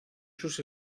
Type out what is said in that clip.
sus